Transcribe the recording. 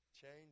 Change